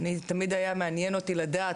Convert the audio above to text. תמיד היה מעניין אותי לדעת,